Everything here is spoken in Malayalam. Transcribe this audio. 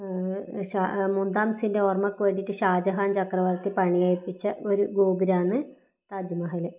മുംതാസിൻ്റെ ഓർമ്മയ്ക്ക് വേണ്ടിയിട്ട് ഷാജഹാൻ ചക്രവർത്തി പണികഴിപ്പിച്ച ഒരു ഗോപുരാമാണ് താജ്മഹൽ